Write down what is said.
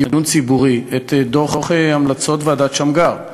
את דוח המלצות ועדת שמגר,